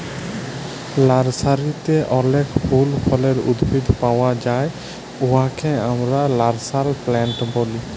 লার্সারিতে অলেক ফল ফুলের উদ্ভিদ পাউয়া যায় উয়াকে আমরা লার্সারি প্লান্ট ব্যলি